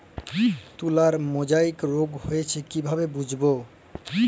তুলার মোজাইক রোগ হয়েছে কিভাবে বুঝবো?